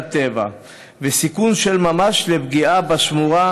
הטבע ומהווה סיכון של ממש לפגיעה בשמורה,